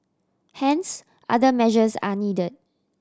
hence other measures are needed